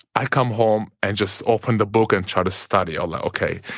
i come home and just open the book and try to study. ah like okay,